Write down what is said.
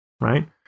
right